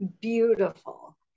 beautiful